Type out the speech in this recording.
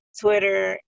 Twitter